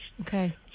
Okay